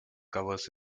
covers